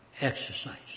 exercise